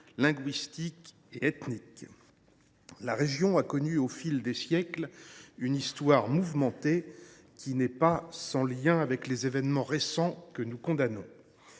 linguistique et ethnique. La région a connu au fil des siècles une histoire mouvementée, qui n’est pas sans lien avec les événements récents que nous condamnons.